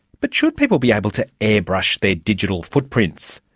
but should people be able to airbrush their digital footprints?